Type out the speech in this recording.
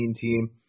team